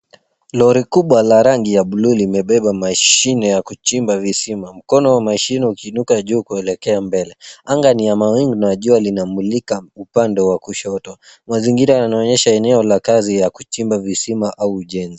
Lorry kubwa la rangi ya blue limebeba machine ya kuchimba visima, mkono wa machine ukiinuka juu kuelekea mbele. Anga ni ya mawingu na jua linamulika upande wa kushoto. Mazingira yanaonyesha eneo la kazi ya kuchimba visima au ujenzi.